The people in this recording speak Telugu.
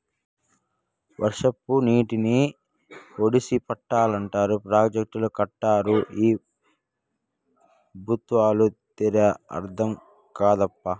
వర్షపు నీటిని ఒడిసి పట్టాలంటారు ప్రాజెక్టులు కట్టరు ఈ పెబుత్వాల తీరే అర్థం కాదప్పా